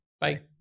bye